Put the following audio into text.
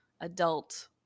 adult